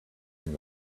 can